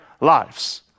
lives